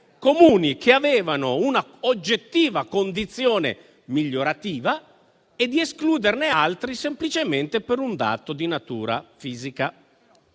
Comuni che magari avevano una oggettiva condizione migliorativa e di escluderne altri, semplicemente per un dato di natura fisica.